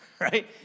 right